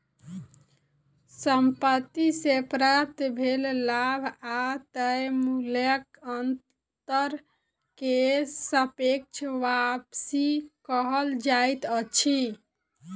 संपत्ति से प्राप्त भेल लाभ आ तय मूल्यक अंतर के सापेक्ष वापसी कहल जाइत अछि